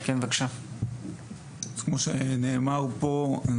כמו שנאמר פה,